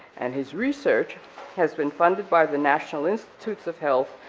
and his research has been funded by the national institutes of health,